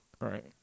Right